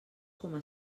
coma